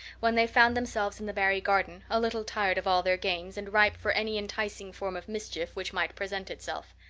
when they found themselves in the barry garden, a little tired of all their games and ripe for any enticing form of mischief which might present itself.